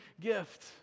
gift